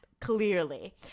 clearly